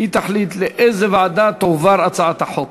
הצעת החוק